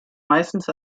meistens